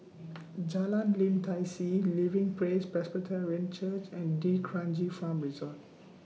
Jalan Lim Tai See Living Praise Presbyterian Church and D'Kranji Farm Resort